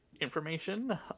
information